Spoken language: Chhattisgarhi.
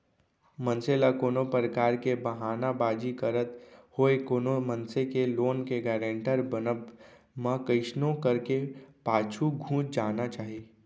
मनसे ल कोनो परकार के बहाना बाजी करत होय कोनो मनसे के लोन के गारेंटर बनब म कइसनो करके पाछू घुंच जाना चाही